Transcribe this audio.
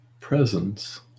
presence